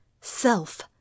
self